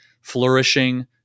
flourishing